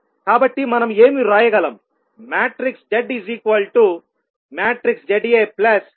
కాబట్టి మనం ఏమి వ్రాయగలం